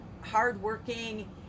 hardworking